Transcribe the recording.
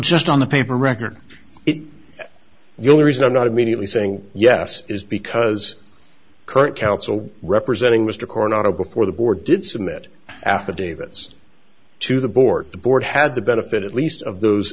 just on the paper record the only reason i'm not immediately saying yes is because current counsel representing mr carr not before the board did submit affidavits to the board the board had the benefit at least of those